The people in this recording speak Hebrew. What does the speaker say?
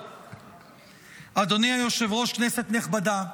אדוני היושב-ראש, כנסת נכבדה,